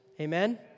Amen